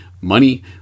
money